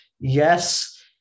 Yes